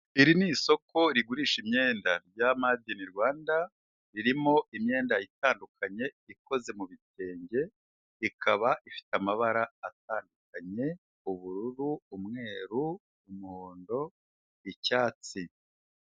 Iri ni isoko rigurisha imyenda rya madi ini Rwanda, ririmo imyenda itandukanye ikoze mu bitwenge, ikaba ifite amabara atandukanye ubururu, umweru, umuhondo, icyatsi.